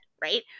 Right